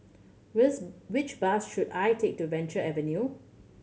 with which bus should I take to Venture Avenue